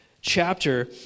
chapter